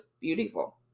beautiful